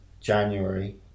January